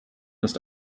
ist